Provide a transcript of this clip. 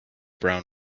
brown